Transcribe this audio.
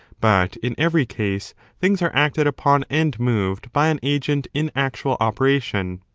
but in every case things are acted upon and moved by an agent in actual operation.